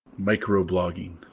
Microblogging